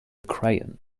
crayon